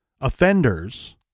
offenders